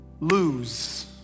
lose